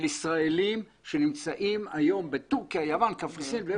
של ישראלים שנמצאים בתורכיה, יוון, קפריסין.